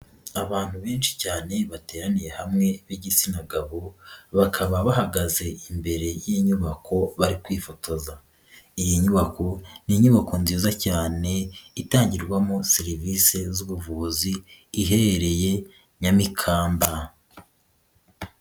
Abantu benshi cyane bateraniye hamwe b'igitsina gabo bakaba bahagaze imbere y'inyubako bari kwifotoza, iyi nyubako ni inyubako nziza cyane itangirwamo serivisi z'ubuvuzi iherereye Nyamikamba.